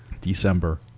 December